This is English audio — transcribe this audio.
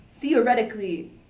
theoretically